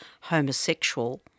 homosexual